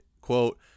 Quote